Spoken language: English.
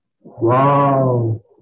wow